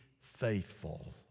faithful